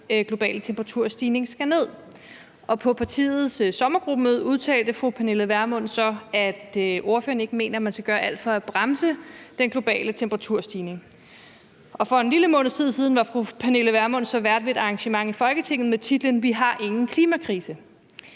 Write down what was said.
globale temperaturstigning skal ned. Og på partiets sommergruppemøde udtalte fru Pernille Vermund så, at ordføreren ikke mener, at man skal gøre alt for at bremse den globale temperaturstigning. Og for en lille måneds tid siden var fru Pernille Vermund så vært ved et arrangement i Folketinget med titlen »Vi har ingen klimakrise«.